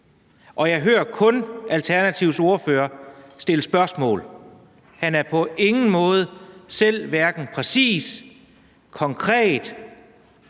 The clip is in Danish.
og jeg hører kun Alternativets ordfører stille spørgsmål. Han er på ingen måde selv hverken præcis, konkret